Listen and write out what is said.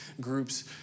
groups